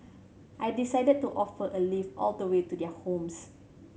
I decided to offer a lift all the way to their homes